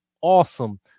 awesome